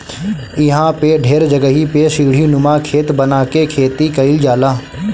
इहां पे ढेर जगही पे सीढ़ीनुमा खेत बना के खेती कईल जाला